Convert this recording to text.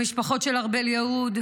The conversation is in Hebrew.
המשפחות של ארבל יהוד,